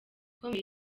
ikomeye